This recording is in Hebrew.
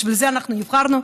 בשביל זה אנחנו נבחרנו,